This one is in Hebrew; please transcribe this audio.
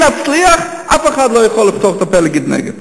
אם נצליח, אף אחד לא יכול לפתוח את הפה להגיד נגד.